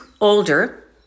older